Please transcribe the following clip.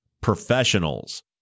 professionals